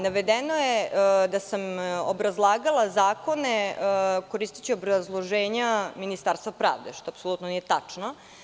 Navedeno je da sam obrazlagala zakone koristeći obrazloženja Ministarstva pravde, što apsolutno nije tačno.